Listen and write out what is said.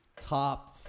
top